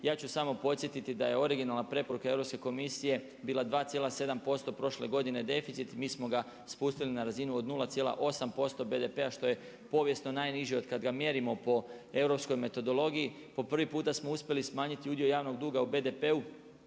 Ja ću samo podsjetiti da je originalna preporuka Europske komisije bila 2,7% prošle godine deficit, mi smo ga spustili na razinu od 0,8% BDP-a što je povijesno najniže od kada ga mjerimo po europskog metodologiji. Po prvi puta smo uspjeli smanjiti udio javnog duga u BDP-u,